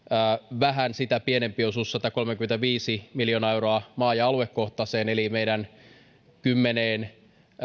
vähän sitä pienempi osuus satakolmekymmentäviisi miljoonaa euroa maa ja aluekohtaiseen kehitysyhteistyöhön eli meidän kymmeneen